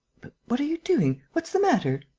but what are you doing? what's the matter.